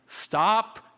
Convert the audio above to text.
Stop